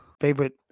favorite